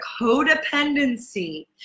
codependency